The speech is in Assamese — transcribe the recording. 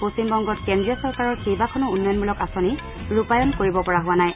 পশ্চিমবংগত কেন্দ্ৰীয় চৰকাৰৰ কেইবাখনো উন্নয়নমূলক আঁচনি ৰূপায়ণ কৰিব পৰা হোৱা নাই